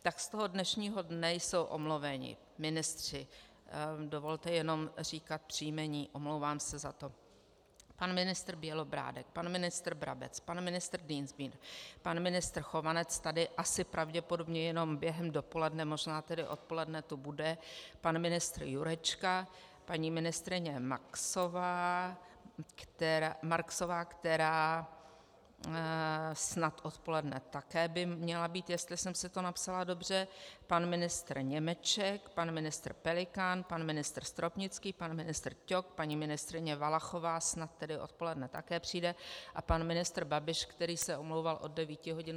Z dnešního dne jsou omluveni ministři dovolte jenom říkat příjmení, omlouvám za to: pan ministr Bělobrádek, pan ministr Brabec, pan ministr Dienstbier, pan ministr Chovanec tady asi pravděpodobně jenom během dopoledne, možná tedy odpoledne tu bude, pan ministr Jurečka, paní ministryně Marksová, která snad odpoledne také by měla být, jestli jsem si to napsala dobře, pan ministr Němeček, pan ministr Pelikán, pan ministr Stropnický, pak ministr Ťok, paní ministryně Valachová snad tedy odpoledne také přijde, a pan ministr Babiš, který se omlouvá od 9.50 hodin.